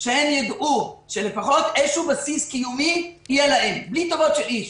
שהם יידעו שלפחות יהיה להם איזשהו בסיס קיומי בלי טובות של איש,